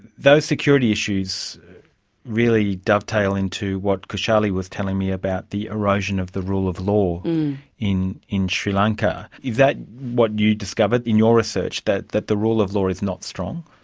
those security issues really dovetail into what kishali was telling me about the erosion of the rule of law in in sri lanka. is that what you discovered in your research, that that the rule of law is not strong?